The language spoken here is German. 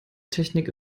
technik